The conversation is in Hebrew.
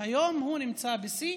שהיום הוא נמצא בשיא,